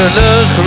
look